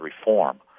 reform